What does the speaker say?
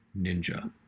Ninja